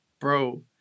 bro